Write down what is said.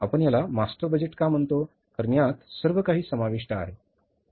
आपण याला master budget का म्हणतो कारण यात सर्व काही समाविष्ट आहे